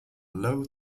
low